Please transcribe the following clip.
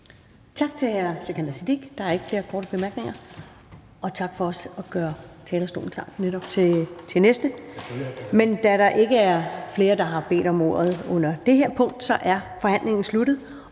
Tak til hr. Sikandar Siddique. Der er ikke flere korte bemærkninger. Og tak for også at gøre talerstolen klar til næste taler. Men da der ikke er flere, der har bedt om ordet til dette punkt, er forhandlingen sluttet.